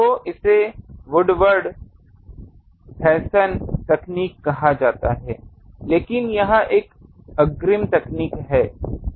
तो इसे Woodward Henson तकनीक कहा जाता है लेकिन यह एक अग्रिम तकनीक है